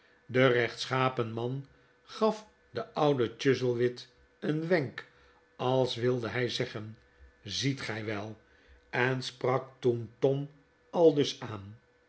de rechtschapen man gaf den ouden chuzzlewit een wenk als wilde hij zeggen ziet gij wel en sprak toen tom aldus aan